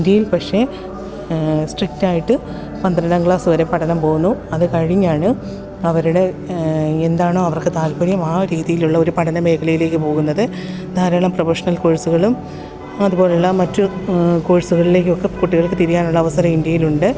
ഇന്ത്യയിൽ പക്ഷേ സ്ട്രിക്റ്റായിട്ട് പന്ത്രണ്ടാം ക്ലാസ് വരെ പഠനം പോകുന്നു അത് കഴിഞ്ഞാണ് അവരുടെ എന്താണോ അവർക്ക് താല്പര്യം ആ രീതിയിലുള്ള ഒരു പഠന മേഖലയിലേക്ക് പോകുന്നത് ധാരാളം പ്രൊഫഷണൽ കോഴ്സുകളും അതുപോലുള്ള മറ്റു കോഴ്സുകളിലേക്കും ഒക്കെ കുട്ടികൾക്ക് തിരിയാനുള്ള അവസരം ഇന്ത്യയിലുണ്ട്